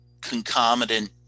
concomitant